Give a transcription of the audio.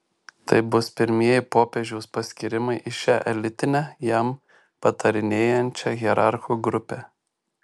tai bus pirmieji popiežiaus paskyrimai į šią elitinę jam patarinėjančią hierarchų grupę